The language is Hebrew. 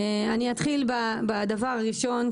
אני אתחיל בדבר הראשון,